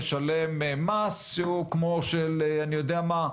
תשלם מס שהוא כמו של אני יודע מה,